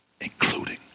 Including